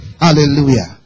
Hallelujah